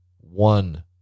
one